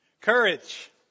courage